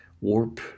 warp